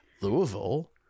Louisville